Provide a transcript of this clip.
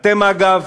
אתם, אגב,